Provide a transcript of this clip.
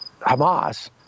Hamas